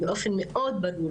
ובאופן מאוד ברור